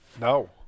no